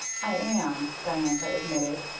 i am, diantha admitted.